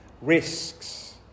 risks